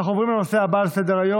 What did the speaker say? אנחנו נעבור להצבעה נוספת,